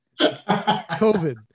COVID